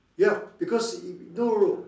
ya because y~ no no